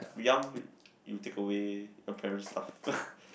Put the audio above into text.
young we you take away your parents stuff